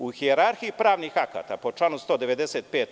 U hijerarhiji pravnih akata po članu 195.